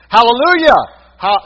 Hallelujah